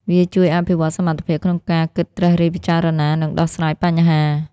វាជួយអភិវឌ្ឍសមត្ថភាពក្នុងការគិតត្រិះរិះពិចារណា និងដោះស្រាយបញ្ហា។